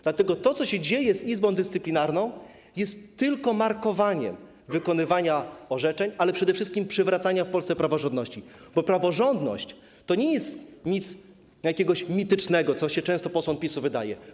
Dlatego to, co się dzieje z Izbą Dyscyplinarną, jest tylko markowaniem wykonywania orzeczeń, ale przede wszystkim przywracania w Polsce praworządności, bo praworządność to nie jest coś mitycznego, jak się często posłom PiS-u wydaje.